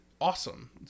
awesome